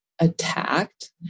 attacked